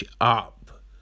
up